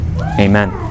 Amen